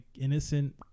innocent